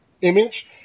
image